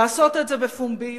לעשות את זה בפומבי,